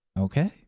Okay